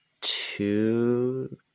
two